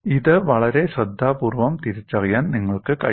ഇത് വളരെ ശ്രദ്ധാപൂർവ്വം തിരിച്ചറിയാൻ നിങ്ങൾക്ക് കഴിയണം